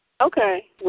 Okay